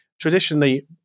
traditionally